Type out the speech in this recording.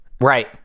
Right